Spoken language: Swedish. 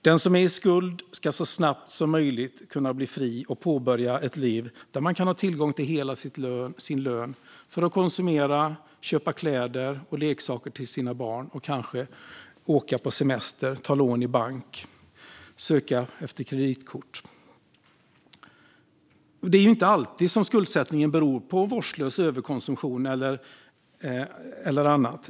Den som är i skuld ska så snabbt som möjligt kunna bli fri och påbörja ett liv där man kan ha tillgång till hela sin lön för att konsumera, köpa kläder och leksaker till sina barn, kanske åka på semester, ta lån i bank och ansöka om kreditkort. Det är inte alltid skuldsättningen beror på vårdslös överkonsumtion eller liknande.